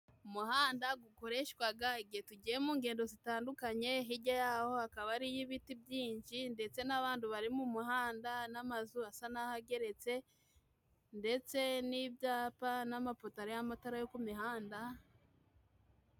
Umuhanda gukoreshwaga igihe tugiye mu ngendo zitandukanye, hirya y'aho hakaba ari iy'ibiti byinshi ndetse n'abandu bari mu muhanda n'amazu asa naho ageretse, ndetse n'ibyapa n'amapoto ariho amatara yo ku mihanda.